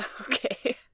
Okay